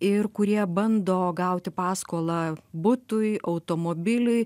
ir kurie bando gauti paskolą butui automobiliui